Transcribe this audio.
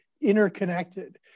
interconnected